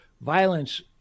violence